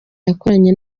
yakoranye